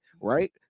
right